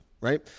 right